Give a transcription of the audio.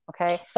Okay